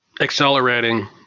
accelerating